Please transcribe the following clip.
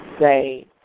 say